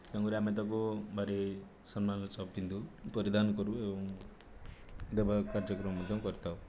ତେଣୁକରି ଆମେ ତାକୁ ଭାରି ସମ୍ମାନର ସହ ପିନ୍ଧୁ ପରିଧାନ କରୁ ଏବଂ ଦେବ କାର୍ଯ୍ୟକ୍ରମ ମଧ୍ୟ କରିଥାଉ